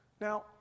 Now